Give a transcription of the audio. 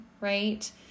right